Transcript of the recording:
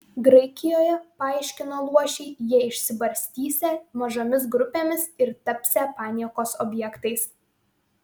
graikijoje paaiškino luošiai jie išsibarstysią mažomis grupėmis ir tapsią paniekos objektais